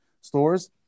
stores